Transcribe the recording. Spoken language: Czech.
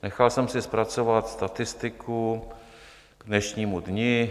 Nechal jsem si zpracovat statistiku k dnešnímu dni.